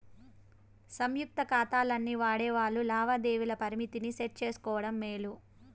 సంయుక్త కాతాల్ని వాడేవాల్లు లావాదేవీల పరిమితిని సెట్ చేసుకోవడం మేలు